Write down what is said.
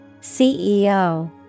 CEO